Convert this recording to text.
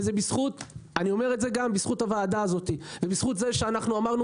וזה גם בזכות הוועדה הזאת ובזכות זה שאנחנו אמרנו